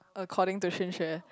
according to Xin-Xue